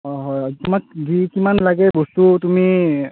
অঁ হয় অঁ তোমাক কি কিমান লাগে বস্তু তুমি